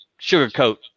sugarcoat